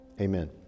amen